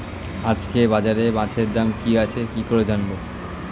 আজকে বাজারে মাছের দাম কি আছে কি করে জানবো?